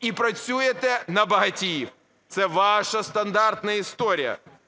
і працюєте на багатіїв. Це ваша стандартна історія,